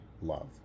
love